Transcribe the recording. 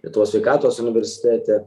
lietuvos sveikatos universitete